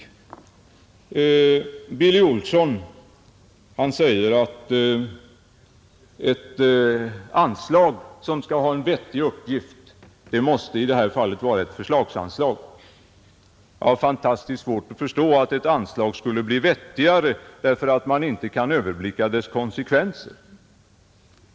Herr Billy Olsson i Kil säger att ett anslag som skall ha en vettig uppgift i det här fallet måste vara ett förslagsanslag. Jag har oerhört svårt att förstå att ett anslag skulle bli vettigare därför att man inte kan överblicka dess konsekvenser.